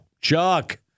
Chuck